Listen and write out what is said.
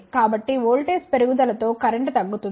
కాబట్టి వోల్టేజ్ పెరుగుదల తో కరెంట్ తగ్గుతుంది